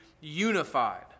unified